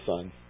son